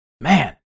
Man